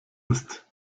ist